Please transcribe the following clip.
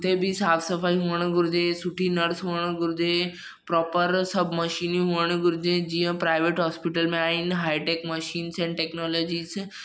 हुते बि साफ़ु सफ़ाई हुअणु घुरिजे सुठी नर्स हुअणु घुरिजे प्रोपर सभु मशीनियूं हुअणु घुरिजे जीअं प्राइवेट हॉस्पिटल में आहिनि हाईटेक मशीन्स एंड टेकनॉलोजीस